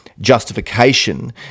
justification